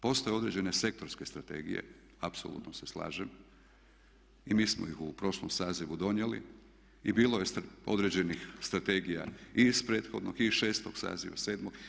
Postoje određene sektorske strategije, apsolutno se slažem i mi smo ih u prošlom sazivu donijeli i bilo je određenih strategija i iz prethodnog i iz šestog saziva, sedmog.